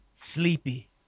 sleepy